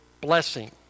blessing